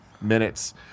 Minutes